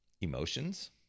emotions